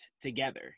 together